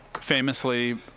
famously